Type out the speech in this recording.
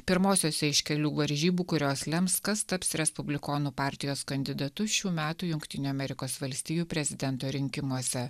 pirmosiose iš kelių varžybų kurios lems kas taps respublikonų partijos kandidatu šių metų jungtinių amerikos valstijų prezidento rinkimuose